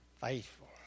faithful